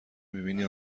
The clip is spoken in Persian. میبینی